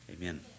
Amen